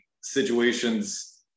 situations